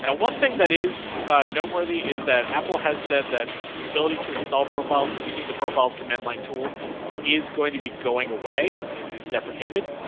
and one thing that is a noteworthy is that apple has said that the ability to install profiles using the profiles command line tool is going to be going away. it is deprecated.